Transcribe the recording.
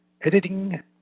editing